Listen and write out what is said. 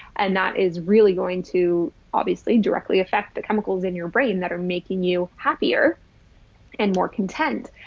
and that is really going to obviously directly affect the chemicals in your brain that are making you happier and more content.